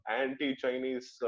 anti-Chinese